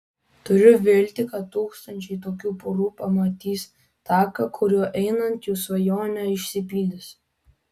turiu viltį kad tūkstančiai tokių porų pamatys taką kuriuo einant jų svajonė išsipildys